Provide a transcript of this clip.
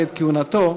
בעת כהונתו,